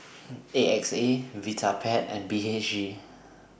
A X A Vitapet and B H G